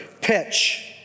pitch